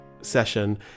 session